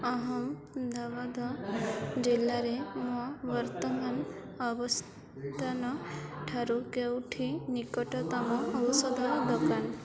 ଅହମ୍ମଦାବାଦ ଜିଲ୍ଲାରେ ମୋ ବର୍ତ୍ତମାନ ଅବସ୍ଥାନଠାରୁ କେଉଁଠି ନିକଟତମ ଔଷଧ ଦୋକାନ